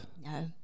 No